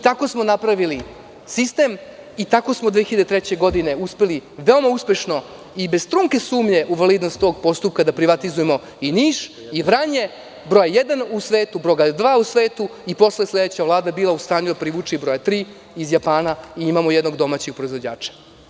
Tako smo napravili sistem i tako smo 2003. godine uspeli veoma uspešno i bez trunke sumnje u validnost postupka da privatizujemo i Niš i Vranje, broj jedan u svetu, broj dva u svetu i posle je sledeća Vlada bila u stanju da privuče i broj tri iz Japana i jednog domaćeg proizvođača.